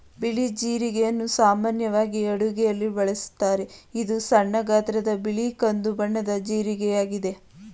ಬಿಳಿ ಜೀರಿಗೆಯನ್ನು ಸಾಮಾನ್ಯವಾಗಿ ಅಡುಗೆಯಲ್ಲಿ ಬಳಸುತ್ತಾರೆ, ಇದು ಸಣ್ಣ ಗಾತ್ರದ ಬಿಳಿ ಕಂದು ಬಣ್ಣದ ಜೀರಿಗೆಯಾಗಿದೆ